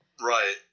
Right